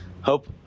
hope